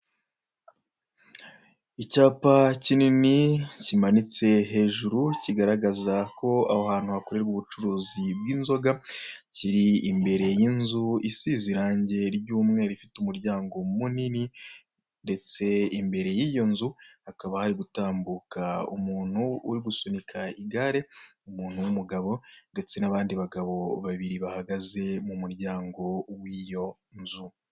Icyapa kinini kimanitse hejuru kigaragaza ko aho hantu hakorerwa ubucuruzi bw'inzoga, kiri imbere y'inzu isize irangi ry'umweru ifite umuryango munini ndetse imbere y'iyo nzu hakaba hari gutambuka umuntu uri gusunika igare, umuntu w'umugabo ndetse n'abandi bagabo babiri bahagaze mu muryango w'iyo nzu.